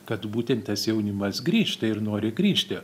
kad būtent tas jaunimas grįžta ir nori grįžti